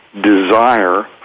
desire